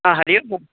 हरिः हरिः ओं